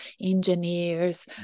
engineers